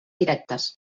directes